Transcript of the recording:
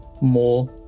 more